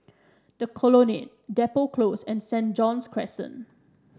The Colonnade Depot Close and Saint John's Crescent